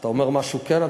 כשאתה אומר למשהו כן,